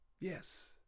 Yes